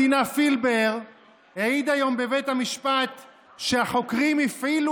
עד המדינה פילבר העיד היום בבית המשפט שהחוקרים הפעילו